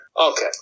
Okay